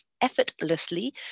effortlessly